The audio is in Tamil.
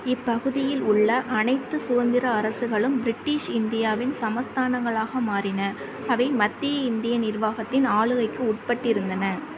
இப்பகுதியில் உள்ள அனைத்துச் சுதந்திர அரசுகளும் பிரிட்டிஷ் இந்தியாவின் சமஸ்தானங்களாக மாறின அவை மத்திய இந்திய நிர்வாகத்தின் ஆளுகைக்கு உட்பட்டிருந்தன